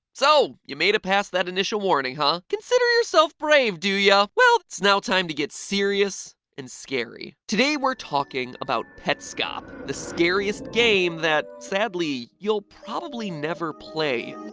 so. you made it past that initial warning, huh? consider yourself brave, do ya? well, it's now time to get serious and scary. today, we're talking about petscop, the scariest game that, sadly, you'll probably never play.